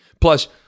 Plus